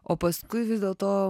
o paskui vis dėlto